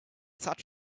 such